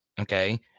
Okay